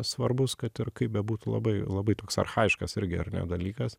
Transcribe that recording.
svarbus kad ir kaip bebūtų labai labai toks archajiškas irgi ar ne dalykas